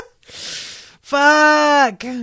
Fuck